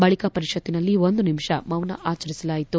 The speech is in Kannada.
ಬಳಿಕ ಪರಿಷತ್ತಿನಲ್ಲಿ ಒಂದು ನಿಮಿಷ ಮೌನ ಆಚರಿಸಲಾಯಿತು